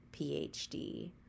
PhD